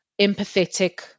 empathetic